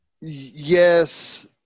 yes